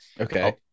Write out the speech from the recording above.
Okay